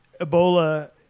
Ebola